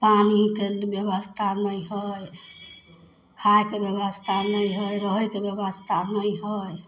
पानि केलिए ब्यवस्था नहि हइ खायके ब्यवस्था नहि हइ रहयके ब्यवस्था नहि हइ